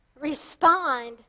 respond